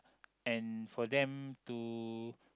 and for them to